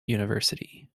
university